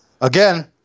Again